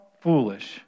foolish